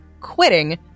quitting